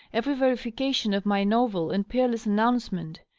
every verification of my novel and peerless announcement,